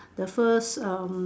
the first um